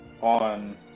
on